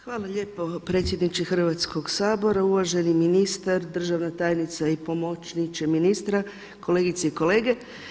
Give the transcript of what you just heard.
Hvala lijepo predsjedniče Hrvatskog sabora, uvaženi ministar, državna tajnica i pomoćniče ministra, kolegice i kolege.